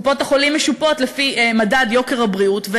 קופות-החולים משופות לפי מדד יוקר הבריאות,